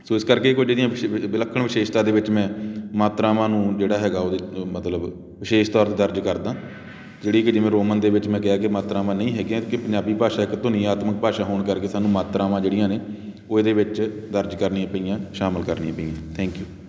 ਸੋ ਇਸ ਕਰਕੇ ਕੁਝ ਇਹਦੀਆਂ ਵਿਸ਼ ਵਿ ਵਿਲੱਖਣ ਵਿਸ਼ੇਸ਼ਤਾ ਦੇ ਵਿੱਚ ਮੈਂ ਮਾਤਰਾਵਾਂ ਨੂੰ ਜਿਹੜਾ ਹੈਗਾ ਉਹਦਾ ਮਤਲਬ ਵਿਸ਼ੇਸ਼ ਤੌਰ 'ਤੇ ਦਰਜ ਕਰਦਾਂ ਜਿਹੜੀ ਕਿ ਜਿਵੇਂ ਰੋਮਨ ਦੇ ਵਿੱਚ ਮੈਂ ਕਿਹਾ ਕਿ ਮਾਤਰਾਵਾਂ ਨਹੀਂ ਹੈਗੀਆਂ ਕਿ ਪੰਜਾਬੀ ਭਾਸ਼ਾ ਇੱਕ ਧੁਨੀਆਤਮਕ ਭਾਸ਼ਾ ਹੋਣ ਕਰਕੇ ਸਾਨੂੰ ਮਾਤਰਾਵਾਂ ਜਿਹੜੀਆਂ ਨੇ ਉਹ ਇਹਦੇ ਵਿੱਚ ਦਰਜ ਕਰਨੀਆਂ ਪਈਆਂ ਸ਼ਾਮਿਲ ਕਰਨੀਆਂ ਪਈਆਂ ਥੈਂਕ ਯੂ